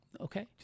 Okay